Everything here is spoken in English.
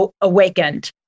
awakened